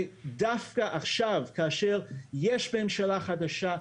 ודווקא עכשיו כאשר יש ממשלה חדשה,